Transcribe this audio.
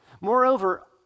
Moreover